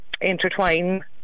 Intertwine